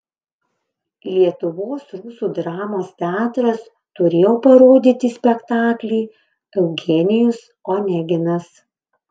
lietuvos rusų dramos teatras turėjo parodyti spektaklį eugenijus oneginas